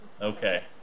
Okay